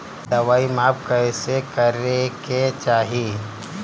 दवाई माप कैसे करेके चाही?